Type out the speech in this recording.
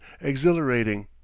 exhilarating